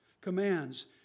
commands